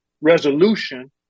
resolution